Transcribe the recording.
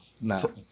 no